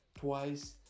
twice